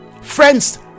Friends